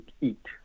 eat